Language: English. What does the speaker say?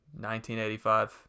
1985